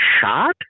shot